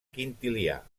quintilià